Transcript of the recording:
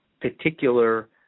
particular